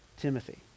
Timothy